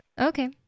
okay